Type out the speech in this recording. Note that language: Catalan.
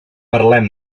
parlem